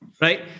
Right